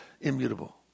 immutable